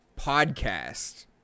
podcast